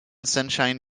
sunshine